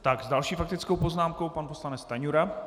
S další faktickou poznámkou pan poslanec Stanjura.